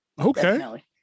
Okay